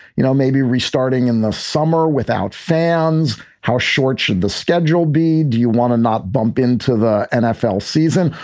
you know, maybe restarting in the summer without fans. how short should the schedule be? do you want to not bump into the nfl season?